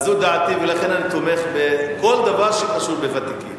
זו דעתי, ולכן אני תומך בכל דבר שקשור בוותיקים,